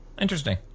interesting